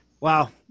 Wow